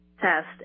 test